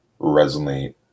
resonate